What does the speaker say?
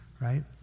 right